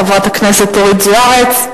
חברת הכנסת אורית זוארץ.